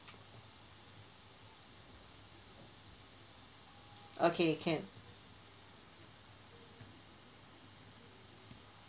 okay can